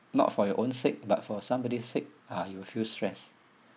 not for your own sake but for somebody's sake uh you'll feel stressed